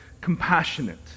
compassionate